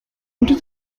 unter